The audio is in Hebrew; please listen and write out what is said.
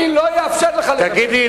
אני לא אאפשר לך לדבר.